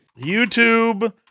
YouTube